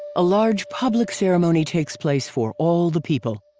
a large, public ceremony takes place for all the people.